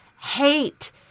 hate